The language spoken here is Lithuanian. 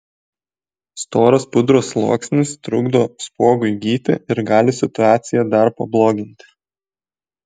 storas pudros sluoksnis trukdo spuogui gyti ir gali situaciją dar pabloginti